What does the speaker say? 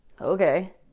Okay